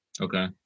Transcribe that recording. Okay